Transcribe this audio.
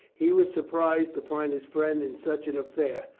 he was surprised to find his friend in such an affair.